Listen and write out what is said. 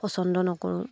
পচন্দ নকৰোঁ